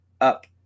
up